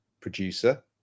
producer